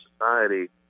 society